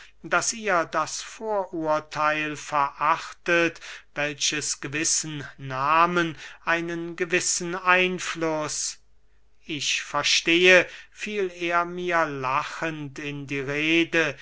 daß ihr das vorurtheil verachtet welches gewissen nahmen einen gewissen einfluß ich verstehe fiel er mir lachend in die rede